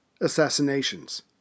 Assassinations